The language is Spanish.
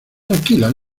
tranquila